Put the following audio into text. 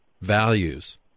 Values